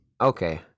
Okay